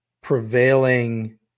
prevailing